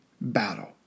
battle